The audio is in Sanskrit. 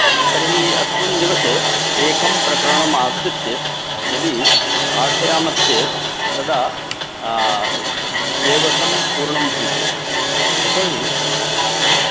तर्हि अस्मिन् दिवसे एकं प्रकरणमाश्रित्य यदि पाठयामश्चेत् तदा सिलेबसं पूर्णं भविष्यति यतोहि हा